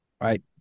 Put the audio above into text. right